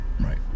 right